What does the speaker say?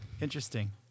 interesting